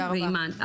ואימאן.